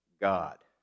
God